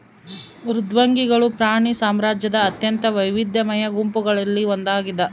ಮೃದ್ವಂಗಿಗಳು ಪ್ರಾಣಿ ಸಾಮ್ರಾಜ್ಯದ ಅತ್ಯಂತ ವೈವಿಧ್ಯಮಯ ಗುಂಪುಗಳಲ್ಲಿ ಒಂದಾಗಿದ